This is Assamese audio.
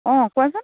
অঁ কোৱাচোন